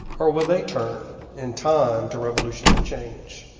or will they turn, in time, to revolutionary change?